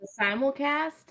simulcast